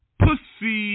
pussy